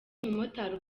umumotari